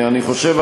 אני חושב,